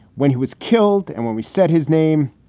when he was killed and when we said his name,